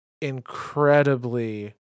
incredibly